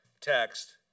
text